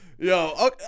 Yo